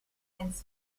science